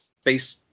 space